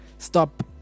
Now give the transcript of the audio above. stop